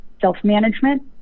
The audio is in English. self-management